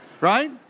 right